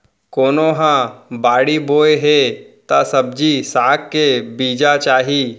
कोनो ह बाड़ी बोए हे त सब्जी साग के बीजा चाही